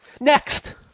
Next